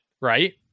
Right